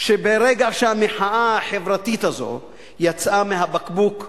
שברגע שהמחאה החברתית הזאת יצאה מהבקבוק,